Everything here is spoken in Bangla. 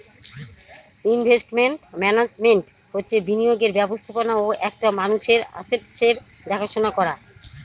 ইনভেস্টমেন্ট মান্যাজমেন্ট হচ্ছে বিনিয়োগের ব্যবস্থাপনা ও একটা মানুষের আসেটসের দেখাশোনা করা